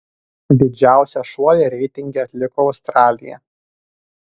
didžiausią šuolį reitinge atliko australija